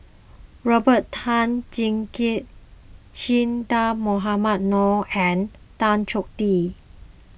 Robert Tan Jee Keng Che Dah Mohamed Noor and Tan Choh Tee